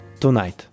Tonight